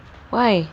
why